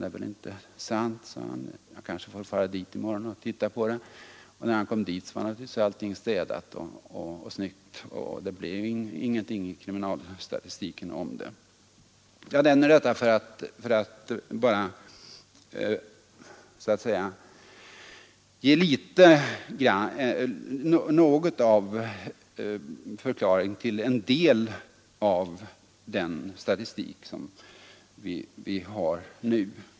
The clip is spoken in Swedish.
Det är väl inte sant, men jag kanske får fara dit i morgon och se mig omkring.” När han så kom upp till den där byn var naturligtvis allting städat och snyggt, och då blev det ingenting om det i kriminalstatistiken. Jag nämner detta bara som en förklaring till den statistik vi har nu och den vi hade då.